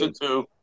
two